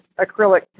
Acrylic